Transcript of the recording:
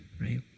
right